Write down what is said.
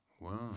Wow